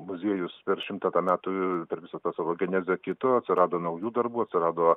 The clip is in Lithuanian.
muziejus per šimtą tą metų i per visą tą savo genezę kito atsirado naujų darbų atsirado